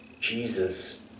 Jesus